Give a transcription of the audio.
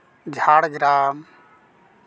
Jhargram